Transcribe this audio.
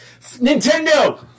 Nintendo